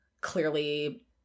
clearly